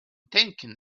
taken